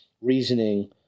reasoning